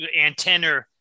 antenna